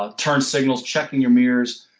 ah turn signals, checking your mirrors,